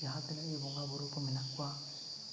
ᱡᱟᱦᱟᱸ ᱛᱤᱱᱟᱹᱜ ᱜᱮ ᱵᱚᱸᱜᱟᱼᱵᱩᱨᱩ ᱠᱚ ᱢᱮᱱᱟᱜ ᱠᱚᱣᱟ